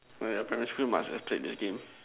when you're primary school you must have played this game